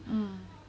um